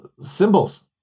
symbols